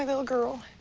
little girl.